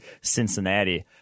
Cincinnati